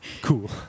cool